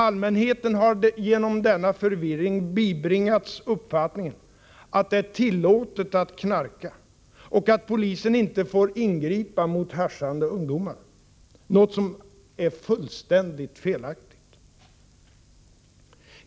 Allmänheten har genom denna förvirring bibringats uppfattningen att det är tillåtet att knarka och att polisen inte får ingripa mot haschande ungdomar. Detta är fullständigt felaktigt.